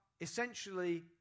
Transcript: essentially